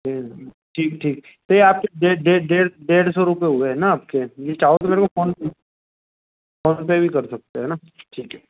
ठीक ठीक पर यह आपकी डे डे डेढ़ सौ रुपये हुए ना आपके यह चाहो तो मेरे को फोन पर फोन पर भी कर सकते है है ना ठीक है